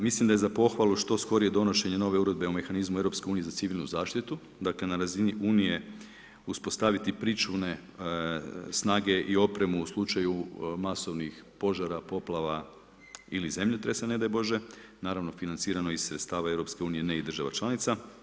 Mislim da je za pohvalu što skorije donošenje nove Uredbe o mehanizmu Europske unije za civilnu zaštitu, dakle na razini unije uspostaviti pričuvne snage i opremu u slučaju masovnih požara, poplava ili zemljotresa ne daj bože, naravno financirano iz sredstava Europske unije ne i država članica.